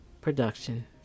production